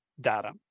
data